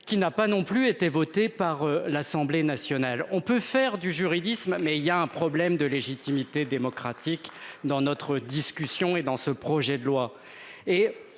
qui n'a pas non plus été voté par l'Assemblée nationale, on peut faire du juridisme mais il y a un problème de légitimité démocratique dans notre discussion et dans ce projet de loi